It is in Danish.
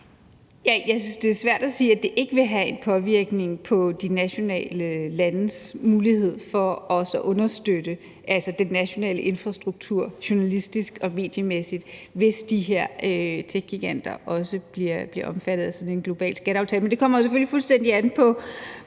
Jeg synes, det er svært at sige, at det ikke vil have en indvirkning på de nationale landes mulighed for også at understøtte den nationale infrastruktur journalistisk og mediemæssigt, hvis de her techgiganter også bliver omfattet af sådan en global skatteaftale. Men det kommer jo selvfølgelig fuldstændig an på